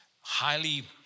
highly